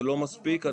זה לא מספיק,